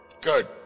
Good